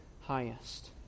highest